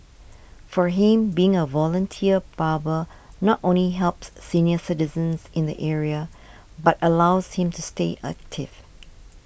for him being a volunteer barber not only helps senior citizens in the area but allows him to stay active